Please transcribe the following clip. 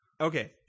Okay